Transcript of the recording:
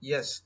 Yes